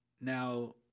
Now